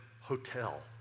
hotel